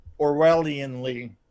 Orwellianly